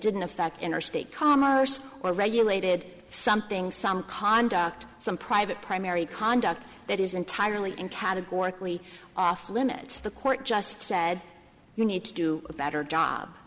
didn't affect interstate commerce or regulated something some conduct some private primary conduct that is entirely and categorically off limits the court just said you need to do a better job